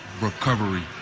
recovery